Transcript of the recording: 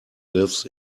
lives